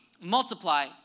multiply